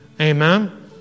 Amen